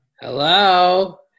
Hello